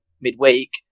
midweek